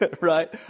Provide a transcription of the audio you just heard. right